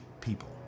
people